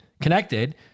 connected